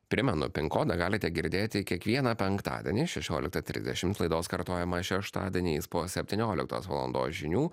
primenu pin kodą galite girdėti kiekvieną penktadienį šešioliktą trisdešimt laidos kartojimą šeštadieniais po septynioliktos valandos žinių